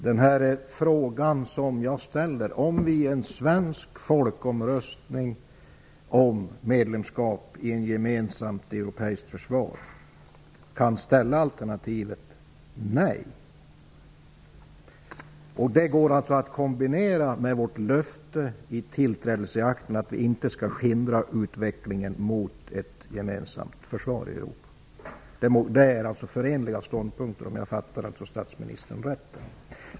Jag ställde frågan om vi vid en svensk folkomröstning om medlemskap i ett gemensamt europeiskt försvar kan välja alternativet nej och om detta går att kombinera med vårt löfte i tillträdeseakten att vi inte skall hindra utvecklingen mot ett gemensamt försvar i Europa. Det är alltså förenliga ståndpunkter, om jag förstod statsministern rätt.